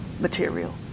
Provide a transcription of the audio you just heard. material